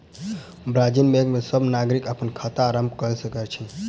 वाणिज्य बैंक में सब नागरिक अपन खाता आरम्भ कय सकैत अछि